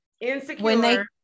insecure